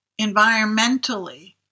environmentally